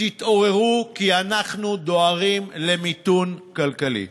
תתעוררו, כי אנחנו דוהרים למיתון כלכלי.